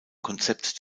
konzept